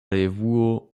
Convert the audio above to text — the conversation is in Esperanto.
revuo